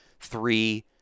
three